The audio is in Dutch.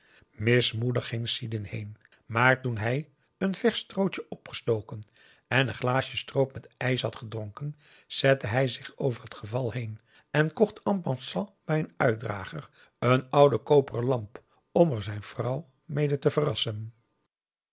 mismoedig ging sidin heen maar toen hij een versch strootje opgestoken en een glaasje stroop met ijs had gedronken zette hij zich over het geval heen en kocht en passant bij een uitdrager een oude koperen lamp om er zijn vrouw mede te verrassen